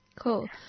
Cool